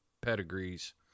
pedigrees